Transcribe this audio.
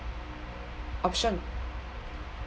option